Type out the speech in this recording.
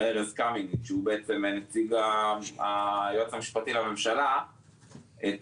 ארז קמיניץ שהוא בעצם נציג היועץ המשפטי לממשלה את